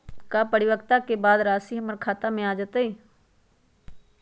का परिपक्वता के बाद राशि हमर खाता में आ जतई?